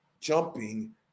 jumping